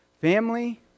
family